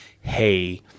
hey